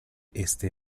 este